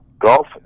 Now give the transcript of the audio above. Golf